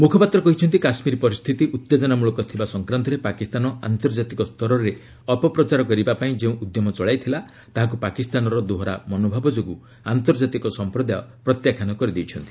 ମୁଖପାତ୍ର କହିଛନ୍ତି କାଶ୍ମୀର ପରିସ୍ଥିତି ଉତ୍ତେଜନାମୂଳକ ଥିବା ସଂକ୍ରାନ୍ତରେ ପାକିସ୍ତାନ ଆନ୍ତର୍ଜାତିକ ସ୍ତରରେ ଅପପ୍ରଚାର କରିବା ଯେଉଁ ଉଦ୍ୟମ ଚଳାଇଥିଲା ତାହାକୁ ପାକିସ୍ତାନର ଦୋହରା ମନୋଭାବ ଯୋଗୁଁ ଆନ୍ତର୍ଜାତିକ ସମ୍ପ୍ରଦାୟ ପ୍ରତ୍ୟାଖ୍ୟାନ କରିଦେଇଛନ୍ତି